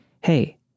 Hey